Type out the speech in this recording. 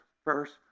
First